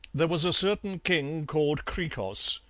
there was a certain king called hkrikros,